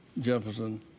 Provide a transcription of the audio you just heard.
Jefferson